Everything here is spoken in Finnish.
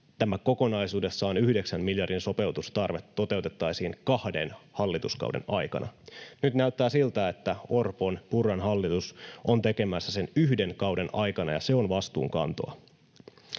tämä kokonaisuudessaan yhdeksän miljardin sopeutustarve toteutettaisiin kahden hallituskauden aikana. Nyt näyttää siltä, että Orpon—Purran hallitus on tekemässä sen yhden kauden aikana, ja se on vastuunkantoa.